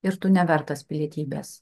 ir tu nevertas pilietybės